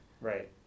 Right